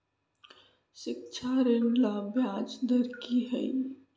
शिक्षा ऋण ला ब्याज दर कि हई?